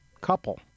couple